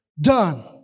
done